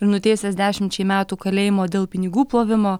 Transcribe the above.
ir nuteisęs dešimčiai metų kalėjimo dėl pinigų plovimo